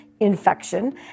infection